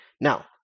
Now